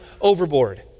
overboard